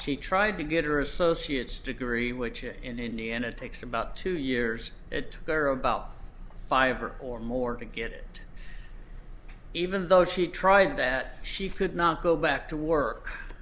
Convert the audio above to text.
she tried to get her associate's degree which in indiana takes about two years it took her about five or or more to get even though she tried that she could not go back to work